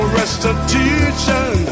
restitution